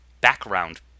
background